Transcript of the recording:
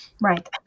Right